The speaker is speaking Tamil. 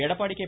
எடப்பாடி கே